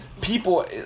people